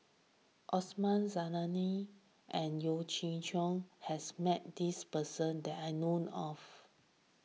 Osman Zailani and Yeo Chee Kiong has met this person that I know of